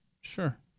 sure